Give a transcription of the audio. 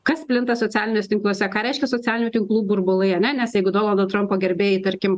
kas plinta socialiniuose tinkluose ką reiškia socialinių tinklų burbulai ane nes jeigu donaldo trampo gerbėjai tarkim